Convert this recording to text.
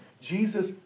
Jesus